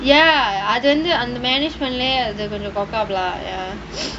ya அது வந்து அந்த:athu vanthu antha management லயே:layae they are going to cock up lah ya